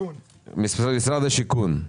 משרד השיכון.